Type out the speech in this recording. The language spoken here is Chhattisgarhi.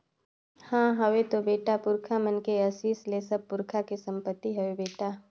हां हवे तो बेटा, पुरखा मन के असीस ले सब पुरखा के संपति हवे बेटा